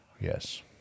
Yes